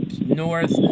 north